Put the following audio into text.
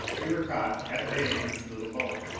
we were caught, at bay in this little bowl.